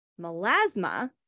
Melasma